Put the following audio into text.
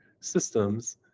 systems